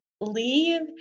leave